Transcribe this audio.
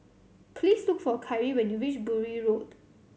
please look for Kyree when you reach Bury Road